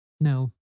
No